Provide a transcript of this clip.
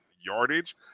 yardage